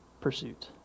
pursuit